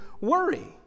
worry